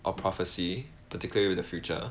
or prophecy particularly with the future